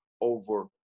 over